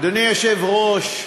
אדוני היושב-ראש,